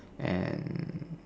and